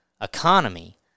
economy